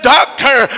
doctor